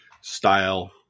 style